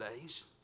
days